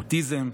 אוטיזם,